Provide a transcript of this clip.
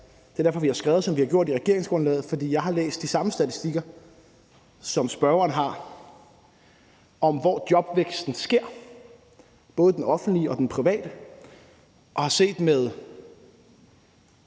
Det er derfor, vi har skrevet, som vi har gjort, i regeringsgrundlaget. Jeg har læst de samme statistikker, som spørgeren har, om, hvor jobvæksten sker, både den offentlige og den private, og har set med